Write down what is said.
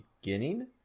beginning